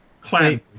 Clan